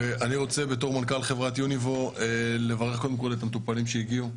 ואני רוצה בתור מנכ"ל חברת יוניבו לברך קודם כול את המטופלים שהגיעו,